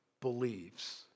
believes